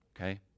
Okay